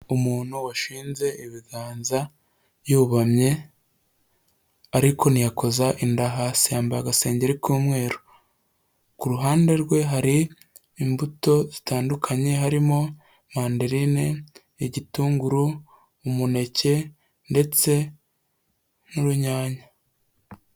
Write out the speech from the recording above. Umuntu washinze ibiganza yubamye ariko ntiyakoza inda hasi, yambaye agasengeri k'umweru, ku ruhande rwe hari imbuto zitandukanye, harimo manderena, igitunguru, umuneke ndetse n'urunyanya.